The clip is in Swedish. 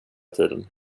tiden